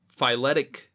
phyletic